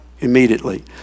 immediately